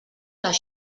les